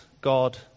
God